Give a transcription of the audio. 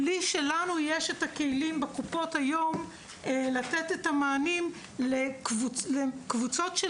בלי שלנו יש הכלים בקופות היום לתת את המענים לקבוצות של